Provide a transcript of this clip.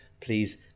please